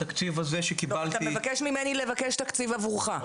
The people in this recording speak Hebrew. אתה מבקש ממני לבקש תקציב עבורך,